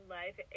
life